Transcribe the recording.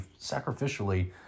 sacrificially